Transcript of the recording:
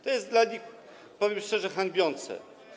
To jest dla nich, powiem szczerze, hańbiące.